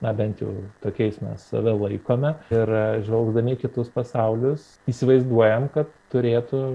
na bent jau tokiais mes save laikome ir žvelgdami į kitus pasaulius įsivaizduojam kad turėtų